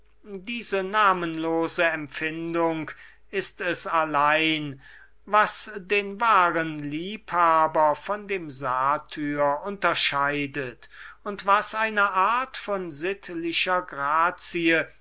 diese namenlose empfindung ist es allein was den wahren liebhaber von einem satyren unterscheidet und was eine art von sittlichen grazien